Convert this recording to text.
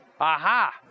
aha